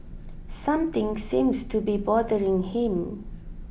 something seems to be bothering him